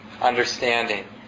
understanding